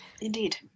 Indeed